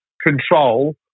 control